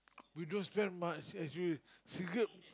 because that much actually cigarette